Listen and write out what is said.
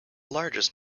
largest